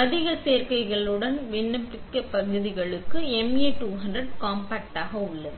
அதிக கோரிக்கைகளுடன் விண்ணப்பப் பகுதிகளுக்கு MA200 காம்பாக்ட் உள்ளது